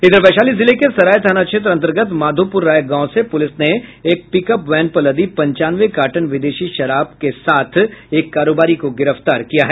इधर वैशाली जिले के सराय थाना क्षेत्र अंतर्गत माधोपुर राय गांव से पुलिस ने एक पिकअप वैन पर लदी पंचानवे कार्टन विदेशी शराब बरामद के साथ एक कारोबारी को गिरफ्तार किया गया